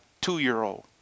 two-year-old